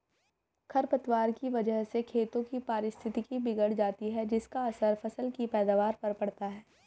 खरपतवार की वजह से खेतों की पारिस्थितिकी बिगड़ जाती है जिसका असर फसल की पैदावार पर पड़ता है